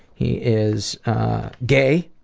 he is gay,